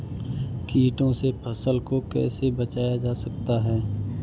कीटों से फसल को कैसे बचाया जा सकता है?